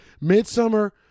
Midsummer